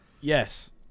Yes